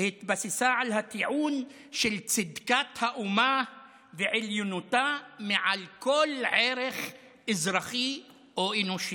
והתבססה על הטיעון של צדקת האומה ועליונותה מעל כל ערך אזרחי או אנושי,